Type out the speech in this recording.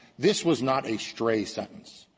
this was not a stray sentence.